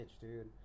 dude